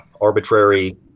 Arbitrary